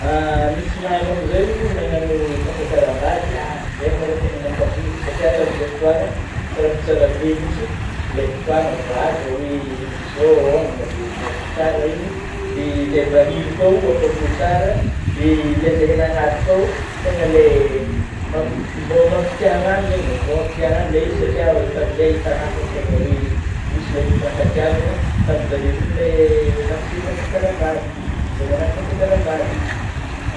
Nisy namako zay oh, nanangno fampakaram-bady, ah zeigny malô, tena nampagniry satria, tamizay fotôagna tsaroako tsara be mitsy, le fotôagna voahaja oe amin'izao homagna, dia voahaja tsara iny, dia lay vahiny kôao hafapô tsara, de le zay nagnatriky kôa tegna le mamp- mbô mampite hagnano zeigny eh, mbô mapite hangnano ilay izy, satria tamin'izay itagnao fa tegna oe nisy ilay fifankatiavana tamijareo rôa le nampiseho fampakaram-bady eh, le nagnano fampakaram-bady eh.